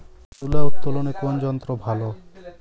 তুলা উত্তোলনে কোন যন্ত্র ভালো?